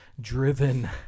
driven